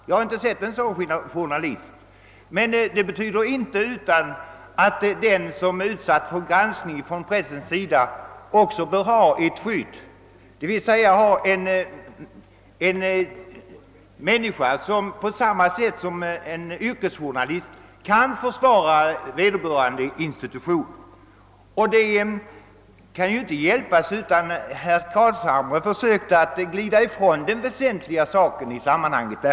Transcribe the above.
Det betyder emellertid inte att den som är utsatt för pressens granskning inte bör ha ett skydd, d.v.s. en person som på samma sätt som en yrkesjournalist kan försvara vederbörande institution. Det kan inte hjälpas, men herr Carlshamre försökte glida ifrån den väsentliga saken i sammanhanget.